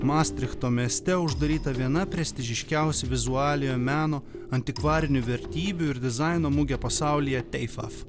mastrichto mieste uždaryta viena prestižiškiausių vizualiojo meno antikvarinių vertybių ir dizaino mugė pasaulyje teifaf